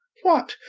what,